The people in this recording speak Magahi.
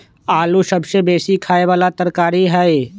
आलू सबसे बेशी ख़ाय बला तरकारी हइ